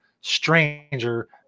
stranger